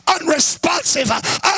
unresponsive